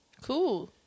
Cool